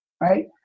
right